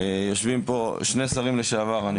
יושבים פה שני שרים לשעבר.